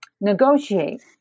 negotiate